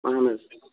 اہن حظ